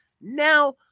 Now